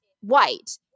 white